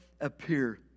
appear